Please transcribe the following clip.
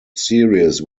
series